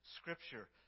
scripture